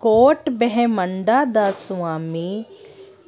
ਕੋਟਿ ਬ੍ਰਹਿਮੰਡਾਂ ਦਾ ਸੁਆਮੀ